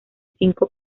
cinco